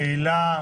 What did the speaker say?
פעילה,